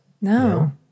No